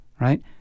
right